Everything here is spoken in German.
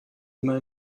immer